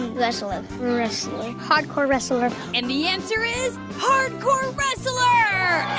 and wrestler wrestler hardcore wrestler and the answer is hardcore wrestler.